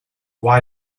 why